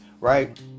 right